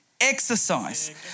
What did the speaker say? Exercise